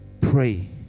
pray